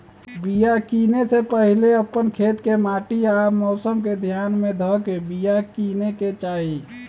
बिया किनेए से पहिले अप्पन खेत के माटि आ मौसम के ध्यान में ध के बिया किनेकेँ चाही